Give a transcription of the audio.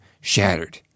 shattered